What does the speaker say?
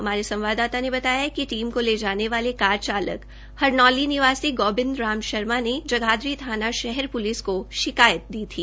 हमारे संवाददाता ने बताया है कि टीम को ले जाने वाले कार चालक हरनौली निवासी गोबिंद राम शर्मा ने जगाधरी थाना शहर पुलिस को शिकायत दी थी